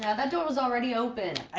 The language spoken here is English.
yeah that door was already open.